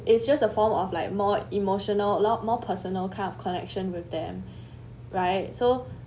it's just a form of like more emotional allowed more personal kind of connection with them right so